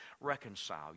reconcile